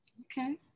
Okay